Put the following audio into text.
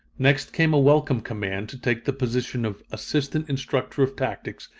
next came a welcome command to take the position of assistant instructor of tactics,